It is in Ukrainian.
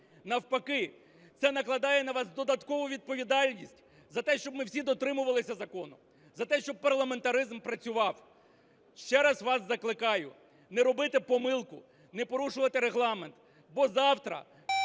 навпаки, це накладає на вас додаткову відповідальність за те, щоб ми всі дотримувалися закону, за те, щоб парламентаризм працював. Ще раз вас закликаю не робити помилку, не порушувати Регламент, бо завтра